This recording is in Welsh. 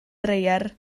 dreier